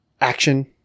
action